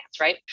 right